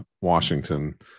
Washington